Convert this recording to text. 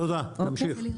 תודה, תמשיך.